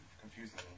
confusing